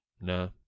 No